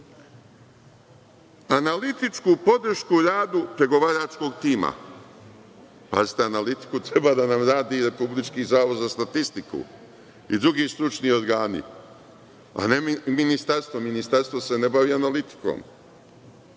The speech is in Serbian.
nema. Analitičku podršku u radu pregovaračkog tima. Pazite, analitiku treba da nam radi Republički zavod za statistiku i drugi stručni organi, a ne ministarstvo, ministarstvo se ne bavi